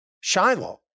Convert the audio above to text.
Shiloh